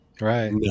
Right